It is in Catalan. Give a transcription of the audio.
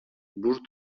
bust